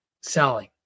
selling